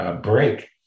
break